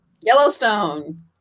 Yellowstone